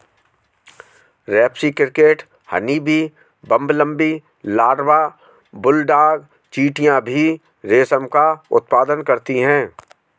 रेस्पी cricket, honeybee, bumblebee larva, bulldog चींटियां भी रेशम का उत्पादन करती हैं